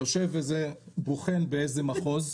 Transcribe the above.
יושב איזה בוחן באיזה מחוז,